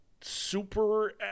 super